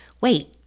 Wait